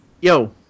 Yo